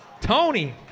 Tony